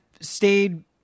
stayed